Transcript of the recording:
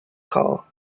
call